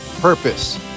purpose